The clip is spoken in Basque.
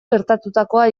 gertatutakoa